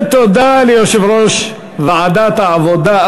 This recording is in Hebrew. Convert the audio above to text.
תודה ליושב-ראש ועדת העבודה,